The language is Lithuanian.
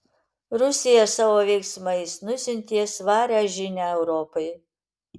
rusija savo veiksmais nusiuntė svarią žinią europai